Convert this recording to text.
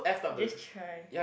just try